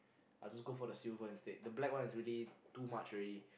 I just go for the silver instead the black one is really too much already